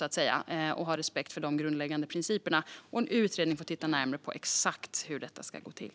Det handlar om respekt för de grundläggande principerna. En utredning får titta närmare på exakt hur detta ska gå till.